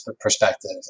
perspective